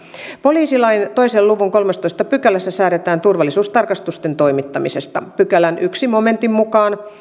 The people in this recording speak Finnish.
poliisilain kahden luvun kolmannessatoista pykälässä säädetään turvallisuustarkastusten toimittamisesta pykälän ensimmäisen momentin mukaan